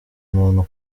umuntu